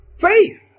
Faith